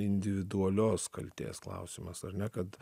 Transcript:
individualios kaltės klausimas ar ne kad